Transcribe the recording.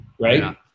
right